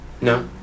no